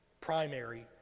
primary